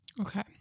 okay